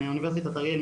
מאוניברסיטת אריאל,